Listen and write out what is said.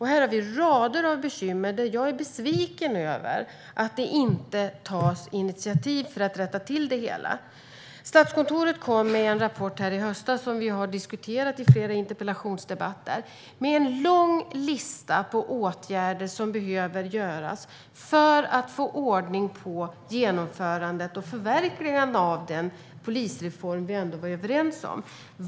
Här har vi rader av bekymmer, och jag är besviken över att det inte tas initiativ för att rätta till det hela. Statskontoret kom i höstas med en rapport som vi har diskuterat i flera interpellationsdebatter. Den innehöll en lång lista över åtgärder som behöver vidtas för att få ordning på genomförandet och förverkligandet av den polisreform vi ändå var överens om.